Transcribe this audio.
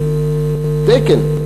תקן,